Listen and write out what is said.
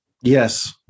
Yes